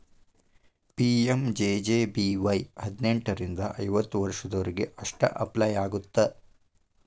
PMJJBY ಹದಿನೆಂಟರಿಂದ ಐವತ್ತ ವರ್ಷದೊರಿಗೆ ಅಷ್ಟ ಅಪ್ಲೈ ಆಗತ್ತ